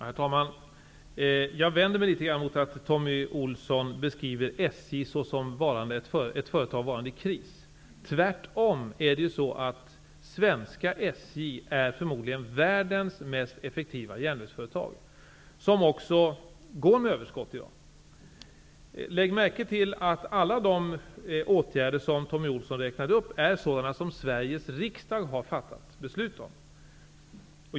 Herr talman! Jag vänder mig litet emot att Thommy Ohlsson beskriver SJ såsom varande ett företag i kris. Det är tvärtom så att svenska SJ förmodligen är världens mest effektiva järnvägsföretag, som också går med överskott i dag. Lägg märke till att alla de åtgärder som Tommy Ohlsson räknade upp är sådana som Sveriges riksdag har fattat beslut om.